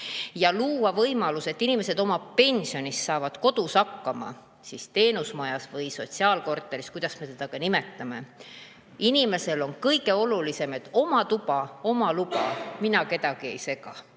ja luua võimalus, et inimesed oma pensionist saaksid hakkama kodus, teenusmajas või sotsiaalkorteris, kuidas me seda siis ka nimetame. Inimesele on kõige olulisem, et on oma tuba, oma luba, mina kedagi ei sega.